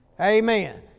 Amen